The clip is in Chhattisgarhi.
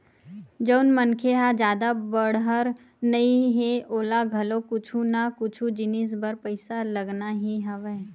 जउन मनखे ह जादा बड़हर नइ हे ओला घलो कुछु ना कुछु जिनिस बर पइसा लगना ही हवय